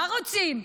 מה רוצים?